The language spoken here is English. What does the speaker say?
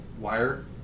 wire